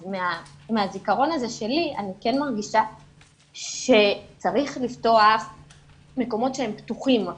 אז מהזיכרון הזה שלי אני כן מרגישה שצריך לפתוח מקומות שהם פתוחים,